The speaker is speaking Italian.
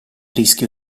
rischio